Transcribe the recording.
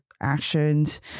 actions